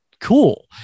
cool